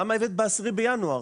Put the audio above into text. למה הבאתם ב-10 בינואר?